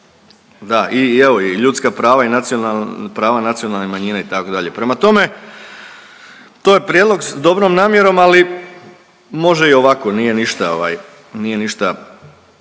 evo i ljudska prava i prava nacionalnih manjina itd. Prema tome, to je prijedlog sa dobrom namjerom, ali može i ovako nije ništa,